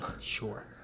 Sure